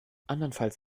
andernfalls